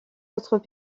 autres